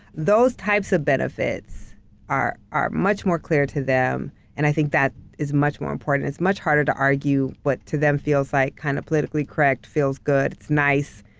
those types of benefits are are much more clear to them and i think that is much more important. it's much harder to argue, what to them feels like, kinda kind of politically correct, feels good. it's nice,